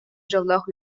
дьоллоох